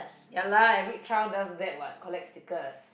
ya lah every child does that what collect stickers